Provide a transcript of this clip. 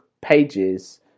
pages